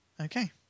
okay